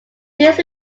these